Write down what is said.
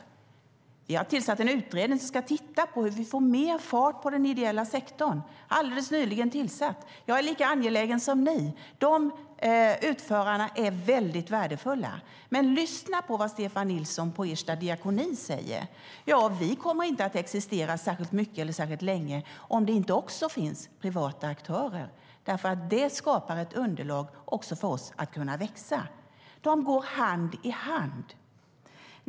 Vi har alldeles nyligen tillsatt en utredning som ska titta på hur vi får mer fart på den ideella sektorn. Jag är lika angelägen som ni. De utförarna är väldigt värdefulla. Lyssna på Stefan Nilsson på Ersta diakoni! Han säger: Vi kommer inte att existera särskilt mycket eller länge om det inte också finns privata aktörer, för det skapar ett underlag också för oss att kunna växa. De går hand i hand.